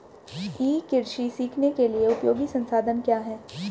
ई कृषि सीखने के लिए उपयोगी संसाधन क्या हैं?